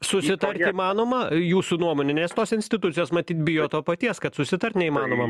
susitart įmanoma jūsų nuomone nes tos institucijos matyt bijo to paties kad susitart neįmanoma